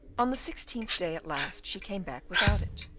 on the sixteenth day, at last she came back without it.